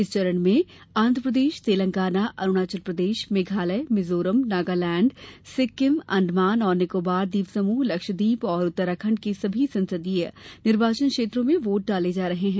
इस चरण में आंध्र प्रदेश तेलंगाना अरुणाचल प्रदेश मेघालय मिजोरम नगालैंड सिक्किम अंडमान और निकोबार ट्वीप समूह लक्षद्वीप और उत्तराखंड के सभी संसदीय निर्वाचन क्षेत्रों में वोट डाले जा रहे हैं